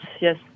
yes